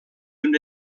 una